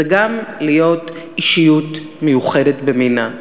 זה גם להיות אישיות מיוחדת במינה,